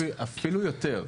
אפילו יותר.